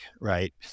right